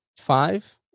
five